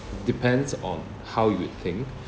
depends on how you'd think